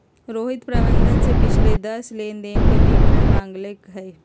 रोहित प्रबंधक से पिछले दस लेनदेन के विवरण मांगल कई